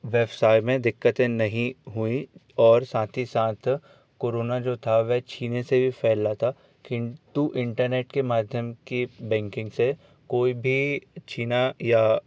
व्यवसाय में दिककते नहीं हुईं और साथ ही साथ कोरोना जो था वह छूने से भी फैल रहा था किंतु इंटरनेट के माध्यम के बैंकिंग से कोई भी छूना या